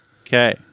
Okay